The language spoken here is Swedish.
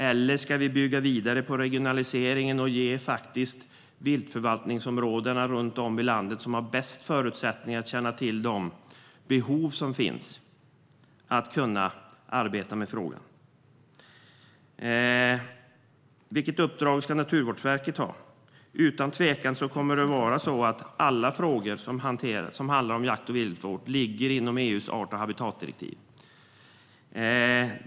Eller ska vi bygga vidare på regionaliseringen och låta viltförvaltningsområdena runt om i landet, som har bäst förutsättningar att känna till de behov som finns, arbeta med frågan? Vilket uppdrag ska Naturvårdsverket ha? Utan tvekan ligger alla frågor som handlar om jakt och viltvård inom EU:s art och habitatdirektiv.